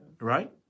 Right